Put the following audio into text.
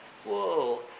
whoa